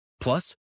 plus